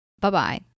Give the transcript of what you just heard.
Bye-bye